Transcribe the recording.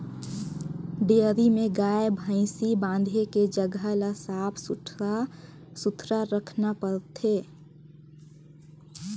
dairy में गाय, भइसी बांधे के जघा ल साफ सुथरा रखना परथे